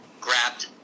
grabbed